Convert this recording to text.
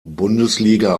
bundesliga